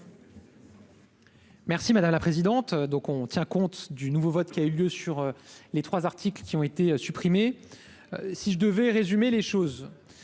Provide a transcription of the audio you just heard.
Merci madame la présidente, donc on tient compte du nouveau vote qui a eu lieu sur les 3 articles qui ont été supprimés, si je devais résumer les choses,